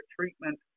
treatment